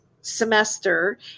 semester